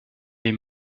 les